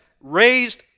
raised